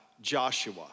Joshua